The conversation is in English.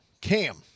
Cam